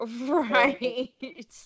Right